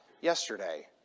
yesterday